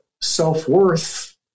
self-worth